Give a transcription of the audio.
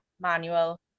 manual